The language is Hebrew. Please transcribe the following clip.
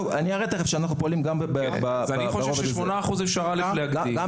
אני חושב ש-8% אפשר להגדיל.